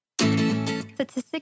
Statistics